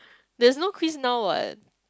there is no quiz now what